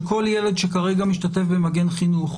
שכל ילד שכרגע משתתף במגן חינוך,